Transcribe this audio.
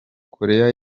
korea